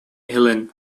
helen